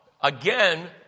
again